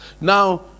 Now